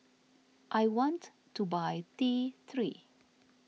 I want to buy T three